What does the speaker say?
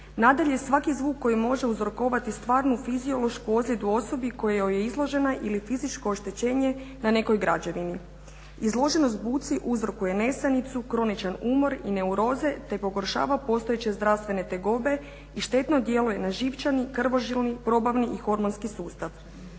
Nadalje, svaki zvuk koji može uzrokovati stvarnu fiziološku ozljedu osobi kojoj je izložena ili fizičko oštećenje na nekoj građevini. Izloženost buci uzrokuje nesanicu, kroničan umor i neuroze te pogoršava postojeće zdravstvene tegobe i štetno djeluju na živčani, krvožilni, probavni i hormonski sustav.